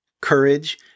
courage